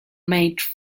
made